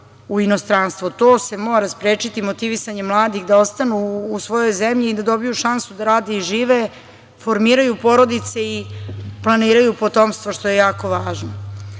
u inostranstvo. To se mora sprečiti motivisanjem mladih da ostanu u svojoj zemlji i da dobiju šansu da rade i žive, formiraju porodice i planiraju potomstvo, što je jako važno. Bez